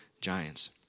giants